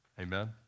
Amen